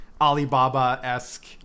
Alibaba-esque